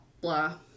Blah